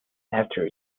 after